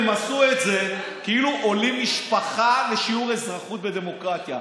הם עשו את זה כאילו עולים משפחה לשיעור אזרחות בדמוקרטיה.